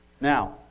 Now